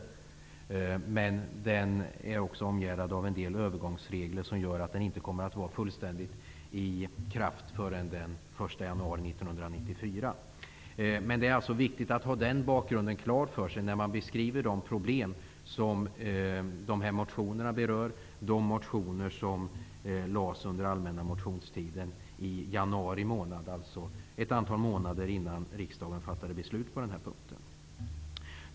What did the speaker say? Lagstiftningen är emellertid omgärdad av en del övergångsregler, som gör att den inte kommer att träda i kraft fullständigt förrän den 1 januari 1994. Det är viktigt att ha den bakgrunden klar för sig när man beskriver de problem som de här motionerna berör. Motionerna väcktes under allmänna motionstiden i januari månad, alltså ett antal månader innan riksdagen fattade beslut på den här punkten.